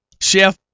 chef